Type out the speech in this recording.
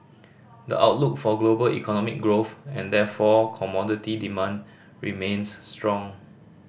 the outlook for global economic growth and therefore commodity demand remains strong